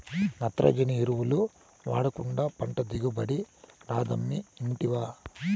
నత్రజని ఎరువులు వాడకుండా పంట దిగుబడి రాదమ్మీ ఇంటివా